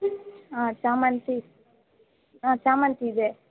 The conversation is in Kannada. ಹಾಂ ಶ್ಯಾಮಂತಿ ಹಾಂ ಶ್ಯಾಮಂತಿ ಇದೆ